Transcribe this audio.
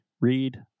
read